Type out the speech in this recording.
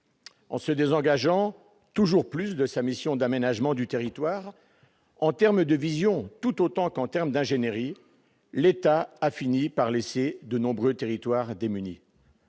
En se désengageant toujours plus de sa mission d'aménagement du territoire, en termes tout autant de vision que d'ingénierie, l'État a fini par laisser de nombreux territoires démunis.